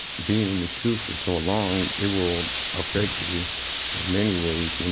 being in the shu for so long, it will affect you in many ways. you know,